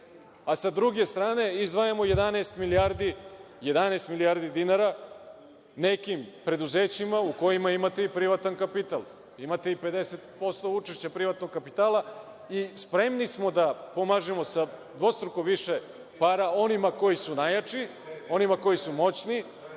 a sa druge strane izdvajamo 11 milijardi dinara nekim preduzećima u kojima imate i privatan kapital. Imate i 50% učešća privatnog kapitala i spremni smo da pomažemo sa dvostruko više para onima koji su najjači, onima koji su moćni